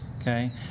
Okay